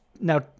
Now